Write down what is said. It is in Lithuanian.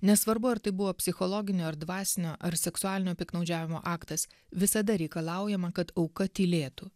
nesvarbu ar tai buvo psichologinio ar dvasinio ar seksualinio piktnaudžiavimo aktas visada reikalaujama kad auka tylėtų